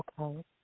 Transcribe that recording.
Okay